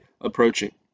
approaching